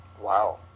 Wow